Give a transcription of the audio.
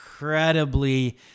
incredibly